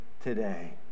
today